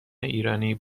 ایرانی